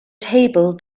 table